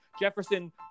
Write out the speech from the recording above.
Jefferson